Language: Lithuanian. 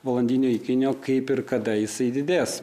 valandinio įkainio kaip ir kada jisai didės